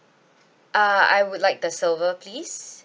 uh I would like the silver please